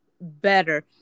better